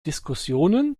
diskussionen